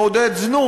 מעודד זנות.